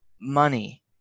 money